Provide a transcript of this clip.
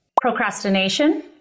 Procrastination